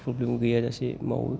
problem गैयाजासे मावो